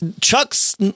Chuck's